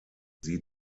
sie